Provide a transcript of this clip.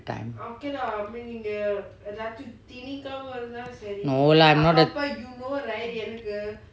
time no lah I'm not